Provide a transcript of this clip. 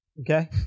Okay